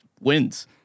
wins